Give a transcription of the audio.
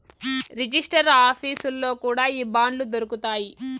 register ఆఫీసుల్లో కూడా ఈ బాండ్లు దొరుకుతాయి